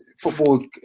football